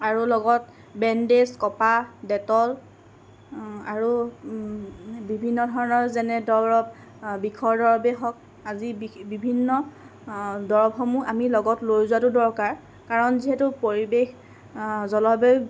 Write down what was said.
আৰু লগত বেণ্ডেজ কপাহ ডেটল আৰু বিভিন্ন ধৰণৰ যেনে দৰৱ বিষৰ দৰবেই হওক আজি বিভিন্ন দৰৱসমূহ আমি লগত লৈ যোৱাতো দৰকাৰ কাৰণ যিহেতু পৰিৱেশ জলবায়ু